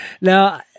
Now